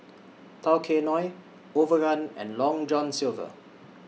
Tao Kae Noi Overrun and Long John Silver